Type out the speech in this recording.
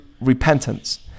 repentance